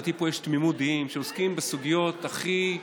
לדעתי פה יש תמימות דעים שעוסקים בסוגיות הכי אישיות,